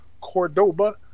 Cordoba